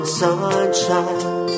sunshine